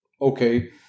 okay